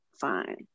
fine